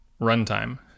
runtime